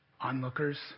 onlookers